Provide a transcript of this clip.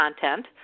content